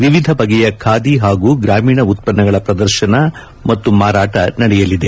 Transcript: ವಿವಿಧ ಬಗೆಯ ಖಾದಿ ಹಾಗೂ ಗ್ರಾಮೀಣ ಉತ್ಪನ್ನಗಳ ಪ್ರದರ್ಶನ ಮತ್ತು ಮಾರಾಟ ನಡೆಯಲಿದೆ